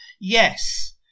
Yes